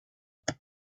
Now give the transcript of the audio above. but